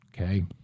Okay